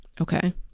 Okay